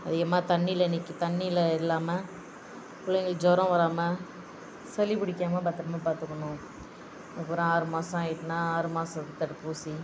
அதிகமாக தண்ணியில நிற்க தண்ணியில இல்லாம பிள்ளைங்களுக்கு ஜுரோம் வராம சளி பிடிக்காம பத்ரமாக பார்த்துக்குணும் அப்புறோம் ஆறு மாசம் ஆயிட்னா ஆறு மாத தடுப்பூசி